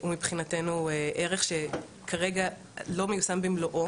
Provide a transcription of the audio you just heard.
מבחינתנו זה ערך שכרגע לא מיושם במלואו